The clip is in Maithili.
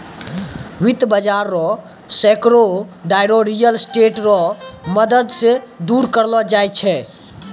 वित्त बाजार रो सांकड़ो दायरा रियल स्टेट रो मदद से दूर करलो जाय छै